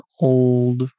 old